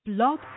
Blog